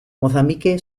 mozambique